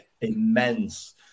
immense